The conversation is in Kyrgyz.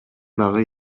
дагы